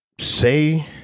say